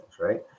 right